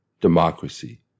democracy